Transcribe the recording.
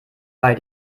bei